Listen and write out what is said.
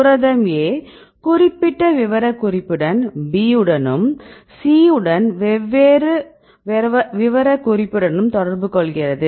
புரதம் "a" குறிப்பிட்ட விவரக்குறிப்புடன் "b" உடனும் C உடன் வெவ்வேறு விவரக்குறிப்புடனும் தொடர்பு கொள்கிறது